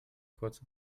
kurze